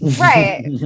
right